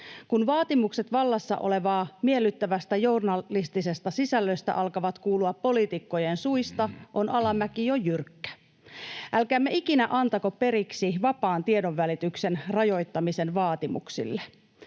Kun vaatimukset vallassa olevaa miellyttävästä journalistisesta sisällöstä alkavat kuulua poliitikkojen suista, on alamäki jo jyrkkä. Älkäämme ikinä antako periksi vapaan tiedonvälityksen rajoittamisen vaatimuksille.